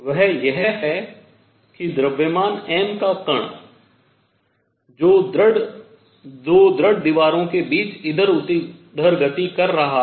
वह यह है कि द्रव्यमान m का कण जो दो ढृढ़ दीवारों के बीच इधर उधर गति कर रहा है